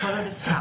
כל עוד אפשר.